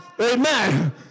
Amen